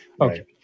okay